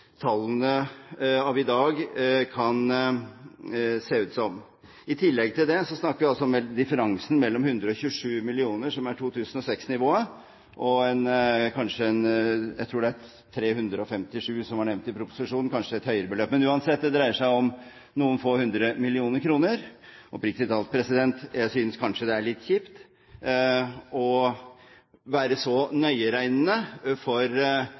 tallene av i dag kan se ut som. I tillegg snakker vi om differensen mellom 127 mill. kr, som er 2006-nivået, og jeg tror det er 357 mill. kr som er nevnt i proposisjonen, kanskje et høyere beløp. Men uansett dreier det seg om noen få hundre millioner kroner. Oppriktig talt, jeg synes kanskje det er litt kjipt å være så nøyeregnende for